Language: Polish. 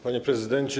Panie Prezydencie!